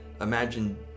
imagine